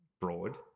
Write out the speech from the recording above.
broad